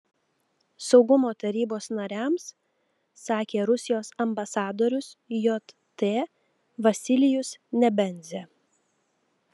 saugumo tarybos nariams sakė rusijos ambasadorius jt vasilijus nebenzia